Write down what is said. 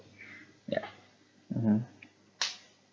yeah mmhmm